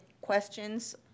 questions